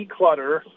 declutter